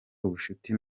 ubushuti